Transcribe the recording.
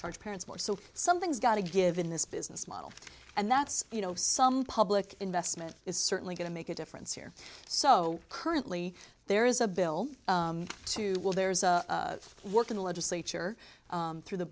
charge parents more so something's gotta give in this business model and that's you know some public investment is certainly going to make a difference here so currently there is a bill to will there's a work in the legislature through the